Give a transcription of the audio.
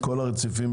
שכל הרציפים,